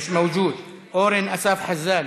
מיש מאוג'וד, אורן אסף חזן,